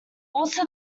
also